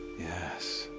yes.